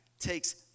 Takes